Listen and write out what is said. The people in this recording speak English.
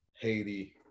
Haiti